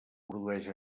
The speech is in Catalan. produeix